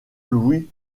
louis